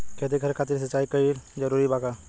खेती करे खातिर सिंचाई कइल जरूरी बा का?